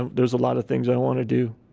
and there's a lot of things i want to do